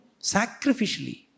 Sacrificially